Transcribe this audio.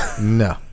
No